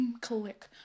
click